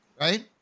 right